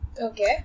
Okay